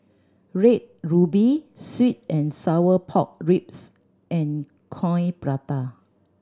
Red Ruby sweet and sour pork ribs and Coin Prata